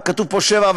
כתוב פה שבע,